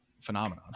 phenomenon